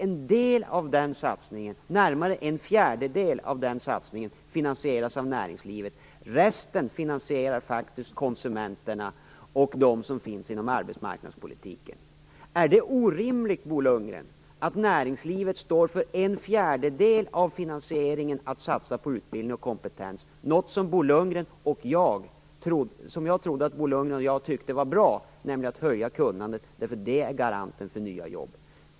En del av den satsningen, närmare en fjärdedel, finansieras av näringslivet. Resten finansieras av konsumenterna och dem som finns inom arbetsmarknadspolitiken. Är det orimligt, Bo Lundgren, att näringslivet står för en fjärdedel av finansieringen för att satsa på utbildning och kompetens? Jag trodde att Bo Lundgren och jag tyckte att det var bra att höja kunnandet därför att det är garanten för nya jobb.